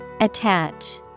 Attach